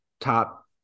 top